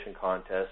Contest